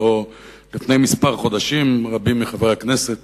לפני כמה חודשים רבים מחברי הכנסת